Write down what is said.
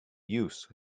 use